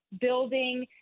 building